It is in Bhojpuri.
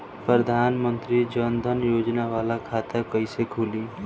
प्रधान मंत्री जन धन योजना वाला खाता कईसे खुली?